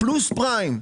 פלוס פריים.